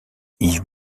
yves